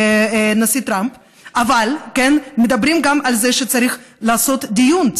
טראמפ אבל מדברת גם על זה שצריך לעשות דיון,